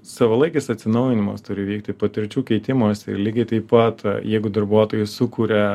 savalaikis atsinaujinimas turi vykti patirčių keitimosi lygiai taip pat jeigu darbuotojai sukuria